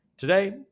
Today